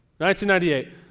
1998